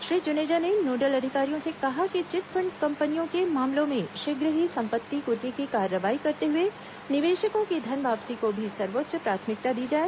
श्री जुनेजा ने नोडल अधिकारियों से कहा कि चिटफंड कंपनियों के मामलों में शीघ्र ही संपत्ति कुर्की की कार्रवाई करते हुए निवेशकों की धन वापसी को भी सर्वोच्च प्राथमिकता दी जाए